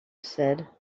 said